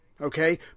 okay